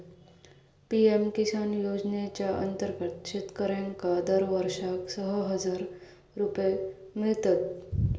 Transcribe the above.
PM Kisan योजनेच्या अंतर्गत शेतकऱ्यांका दरवर्षाक सहा हजार रुपये मिळतत